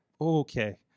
okay